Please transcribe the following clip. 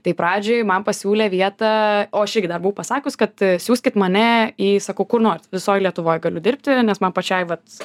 tai pradžioj man pasiūlė vietą o aš irgi dar buvau pasakius kad siųskit mane į sakau kur norit visoj lietuvoj galiu dirbti nes man pačiai vat